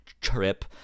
trip